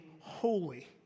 holy